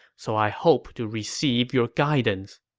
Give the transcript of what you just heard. so i hope to receive your guidance.